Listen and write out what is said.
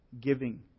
giving